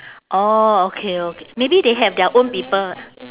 orh okay okay maybe they have their own people